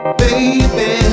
baby